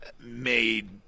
made